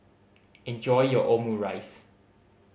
enjoy your Omurice